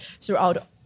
throughout